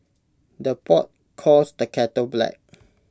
the pot calls the kettle black